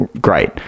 great